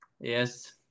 Yes